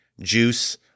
Juice